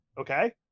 Okay